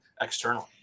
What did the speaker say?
externally